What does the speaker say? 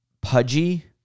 Pudgy